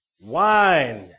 Wine